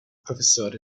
professore